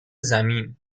زمین